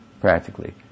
practically